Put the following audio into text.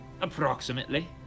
approximately